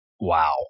Wow